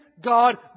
God